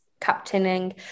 captaining